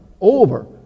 over